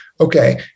Okay